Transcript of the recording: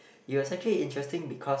it was actually interesting because